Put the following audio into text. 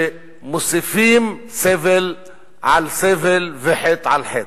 שמוסיפים סבל על סבל וחטא על חטא.